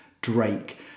Drake